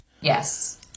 Yes